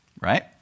Right